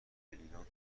ایرانو